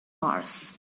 mars